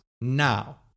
now